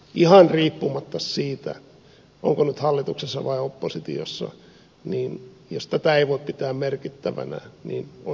ihan riippumatta siitä onko nyt hallituksessa vai oppositiossa jos tätä ei voi pitää merkittävänä niin on aika kumma juttu